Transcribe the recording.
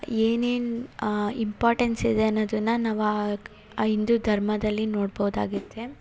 ಏನೇನು ಇಂಪಾರ್ಟೆನ್ಸ್ ಇದೆ ಅನ್ನೋದನ್ನು ನಾವು ಆ ಹಿಂದೂ ಧರ್ಮದಲ್ಲಿ ನೋಡ್ಬೋದಾಗಿದೆ